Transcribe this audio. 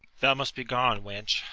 thou must be gone, wench,